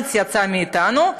המיץ יצא מאתנו.